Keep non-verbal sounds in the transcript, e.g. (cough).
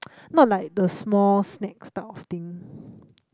(noise) not like the small snacks stuff of thing